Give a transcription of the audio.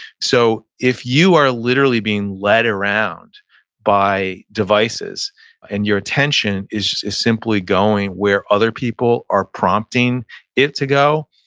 so if you are literally being led around by devices and your attention is is simply going where other people are prompting it to go,